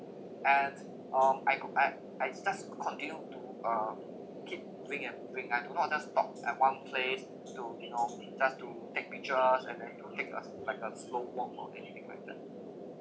and um I could I I just continue to uh keep bring and bring I do not just stops at one place to you know just to take pictures and then to take a like a slow or anything like that